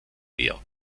mir